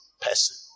person